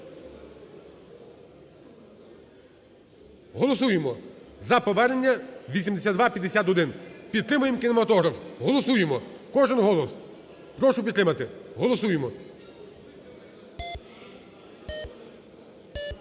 Голосуємо за повернення 8251, підтримаємо кінематограф, голосуємо, кожен голос, прошу підтримати, голосуємо.